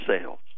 sales